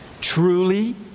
Truly